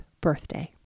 birthday